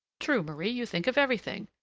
true, marie, you think of everything!